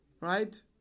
right